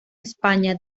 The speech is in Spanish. españa